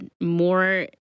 more